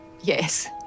Yes